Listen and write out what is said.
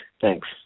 Thanks